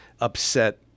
upset